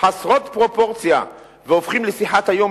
חסרות פרופורציה והופכים לשיחת היום,